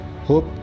Hope